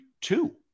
Two